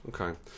okay